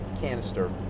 canister